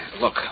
Look